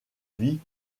vie